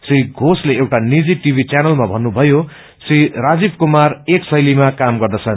श्री घोषले एउटा निजी टीवी चैनलमा भन्नुभयो श्री राजीव कुमार एक शैलीमा काम गर्दछन्